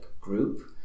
group